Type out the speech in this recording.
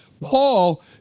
Paul